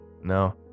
No